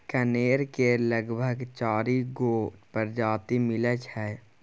कनेर केर लगभग चारि गो परजाती मिलै छै